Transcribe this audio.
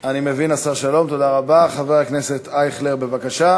מחר בבוקר רשות האוכלוסין לא יכולה להנפיק תעודות כאלה.